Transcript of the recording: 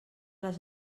les